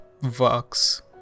Vox